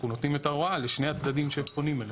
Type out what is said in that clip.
אנחנו נותנים את ההוראה לשני הצדדים כשהם פונים אלינו.